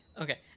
okay